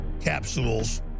capsules